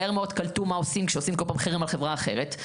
מהר מאוד קלטו מה עושים כשעושים כל פעם חרם על חברה אחרת.